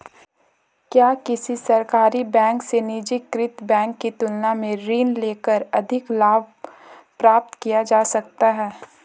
क्या किसी सरकारी बैंक से निजीकृत बैंक की तुलना में ऋण लेकर अधिक लाभ प्राप्त किया जा सकता है?